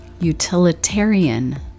utilitarian